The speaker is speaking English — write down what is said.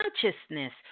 consciousness